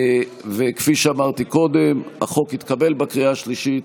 וכפי שאמרתי קודם, החוק התקבל בקריאה השלישית